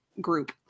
group